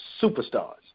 superstars